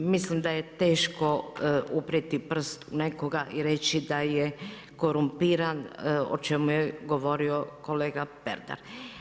Mislim da je teško uprijeti prst u nekoga i reći da je korumpiran o čemu je govorio kolega Pernar.